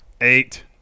eight